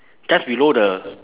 just below the